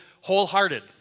Wholehearted